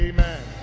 Amen